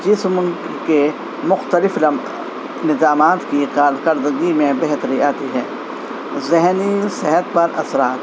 جسم کے مختلف نظامات کی کارکردگی میں بہتری آتی ہے ذہنی صحت پر اثرات